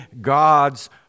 God's